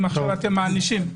אם אתם מענישים.